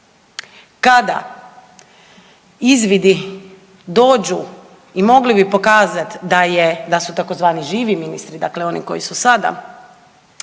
kada izvidi dođu i mogli bi pokazat da je, da su tzv. živi ministri, dakle oni koji su sada